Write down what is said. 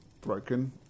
broken